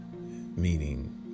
Meaning